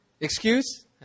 excuse